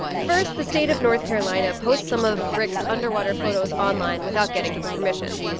first, the state of north carolina posts some of rick's underwater photos online without getting his permission.